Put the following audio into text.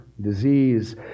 disease